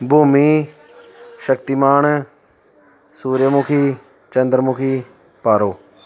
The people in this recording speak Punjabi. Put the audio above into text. ਬੂਮੀ ਸ਼ਕਤੀਮਾਨ ਸੂਰਿਆਮੁਖੀ ਚੰਦਰਮੁਖੀ ਪਾਰੋ